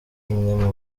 umwe